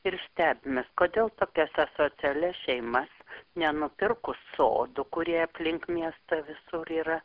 ir stebimės kodėl tokias asocialias šeimas nenupirkus sodų kurie aplink miestą visur yra